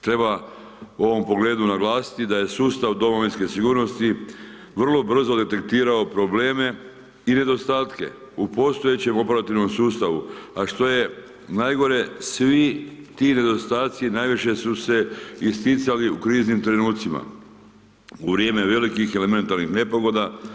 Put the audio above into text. Treba u ovom pogledu naglasiti da je sustav domovinske sigurnosti vrlo brzo detektirao probleme i nedostatke u postojećem operativnom sustavu, a što je najgore svi ti nedostaci najviše su se isticali u kriznim trenutcima, u vrijeme velikih elementarnih nepogoda.